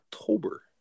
October